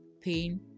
pain